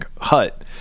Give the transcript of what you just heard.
hut